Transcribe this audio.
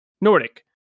Nordic